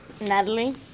Natalie